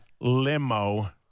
limo